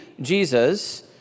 Jesus